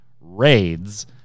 raids